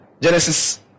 Genesis